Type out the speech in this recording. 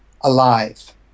alive